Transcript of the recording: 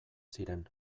ziren